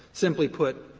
simply put,